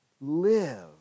live